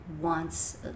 wants